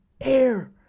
air